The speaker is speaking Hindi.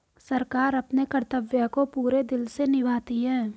सरकार अपने कर्तव्य को पूरे दिल से निभाती है